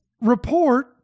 report